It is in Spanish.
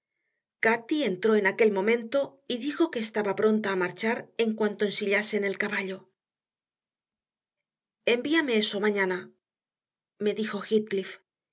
cati entró en aquel momento y dijo que estaba pronta a marchar en cuanto ensillasen el caballo envíame eso mañana me dijo